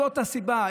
זאת הסיבה.